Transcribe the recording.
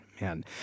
Man